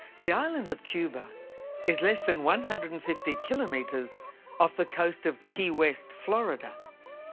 the island of cuba is less than one hundred and fifty kilometres off the coast of key west, florida.